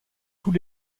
tous